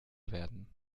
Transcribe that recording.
werden